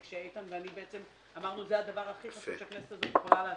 וכשאיתן ואני אמרנו זה הדבר הכי חשוב שהכנסת הזאת יכולה לעשות,